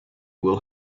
will